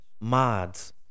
mods